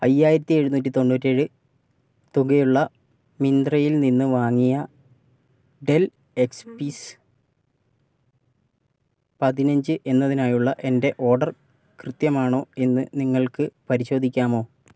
അയ്യായിരത്തി എഴുന്നൂറ്റി തൊണ്ണൂറ്റി ഏഴ് തുകയുള്ള മിന്ത്രയിൽ നിന്ന് വാങ്ങിയ ഡെൽ എക്സ് പി എസ് പതിനഞ്ച് എന്നതിനായുള്ള എൻ്റെ ഓർഡർ കൃത്യമാണോ എന്ന് നിങ്ങൾക്ക് പരിശോധിക്കാമോ